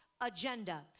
agenda